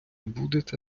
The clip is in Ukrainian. будете